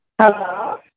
Hello